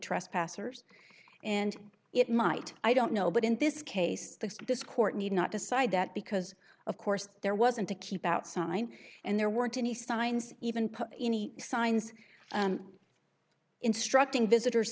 trespassers and it might i don't know but in this case that this court need not decide that because of course there wasn't a keep out sign and there weren't any signs even any signs instructing visitors